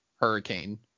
hurricane